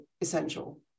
essential